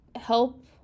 help